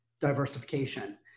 diversification